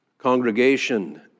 congregation